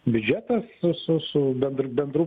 biudžetas su su su bendr bendru